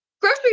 grocery